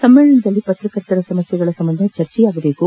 ಸಮ್ಮೇಳನದಲ್ಲಿ ಪತ್ರಕರ್ತರ ಸಮಸ್ಥೆಗಳ ಸಂಬಂಧ ಚರ್ಚೆ ನಡೆಯಬೇಕಿದೆ